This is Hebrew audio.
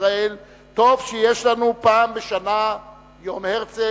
בישראל טוב שיש לנו פעם בשנה יום הרצל,